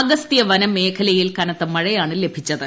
അഗസ്ത്യവന മേഖലയിൽ കനത്ത മഴയാണ് ലഭിച്ചത്